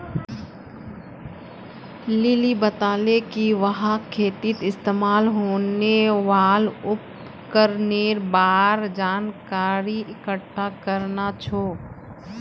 lily बताले कि वहाक खेतीत इस्तमाल होने वाल उपकरनेर बार जानकारी इकट्ठा करना छ